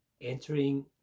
entering